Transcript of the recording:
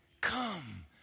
Come